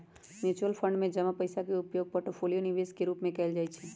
mutual fund में जमा पइसा के उपयोग पोर्टफोलियो निवेश के रूपे कएल जाइ छइ